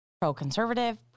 Pro-conservative